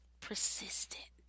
persistent